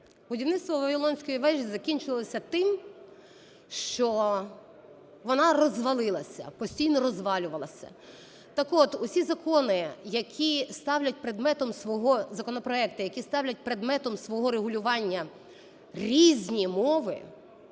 Будівництво Вавилонської вежі закінчилося тим, що вона розвалилася, постійно розвалювалася. Так от, усі закони, які ставлять предметом свого… законопроекти,